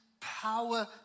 power